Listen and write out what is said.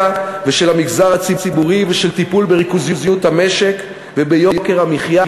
של המגזר הציבורי ושל טיפול בריכוזיות המשק וביוקר המחיה,